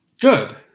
Good